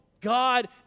God